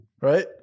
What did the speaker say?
Right